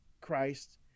Christ